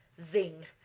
zing